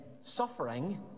suffering